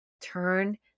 Turn